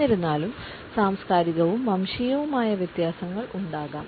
എന്നിരുന്നാലും സാംസ്കാരികവും വംശീയവുമായ വ്യത്യാസങ്ങൾ ഉണ്ടാകാം